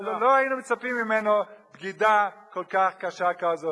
לא היינו מצפים ממנו לבגידה כל כך קשה כזאת.